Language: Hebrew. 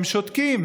הם שותקים,